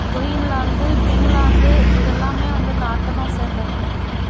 Greenland Finland இதெல்லாமே வந்து நாட்டை தான் சேர்ந்தது